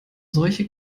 solche